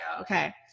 okay